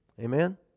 Amen